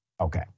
Okay